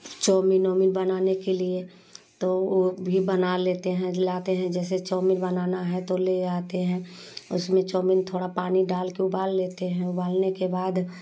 chow mein वोमीन बनाने के लिए तो वह भी बना लेते हैं लाते है जैसे चौमीन बनाना है तो ले आते हैं उसमें चौमीन थोड़ा पानी डाल कर उबाल लेते हैं उबालने के बाद